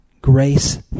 Grace